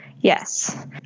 Yes